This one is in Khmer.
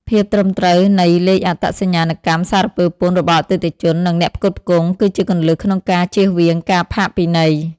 ភាពត្រឹមត្រូវនៃលេខអត្តសញ្ញាណកម្មសារពើពន្ធរបស់អតិថិជន និងអ្នកផ្គត់ផ្គង់ គឺជាគន្លឹះក្នុងការជៀសវាងការផាកពិន័យ។